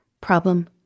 Problem